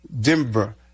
Denver